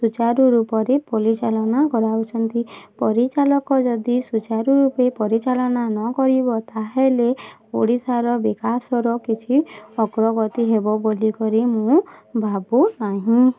ସୁଚାରୁରୂପରେ ପରିଚାଳନା କରାଉଛନ୍ତି ପରିଚାଳକ ଯଦି ସୁଚାରୁରୂପେ ପରିଚାଳନା ନକରିବ ତା'ହେଲେ ଓଡ଼ିଶାର ବିକାଶର କିଛି ଅଗ୍ରଗତି ହେବ ବୋଲିକରି ମୁଁ ଭାବୁ ନାହିଁ